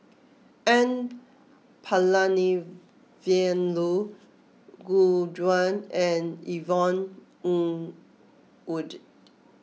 N Palanivelu Gu Juan and Yvonne Ng Uhde